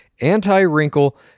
anti-wrinkle